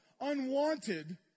unwanted